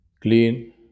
clean